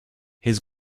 his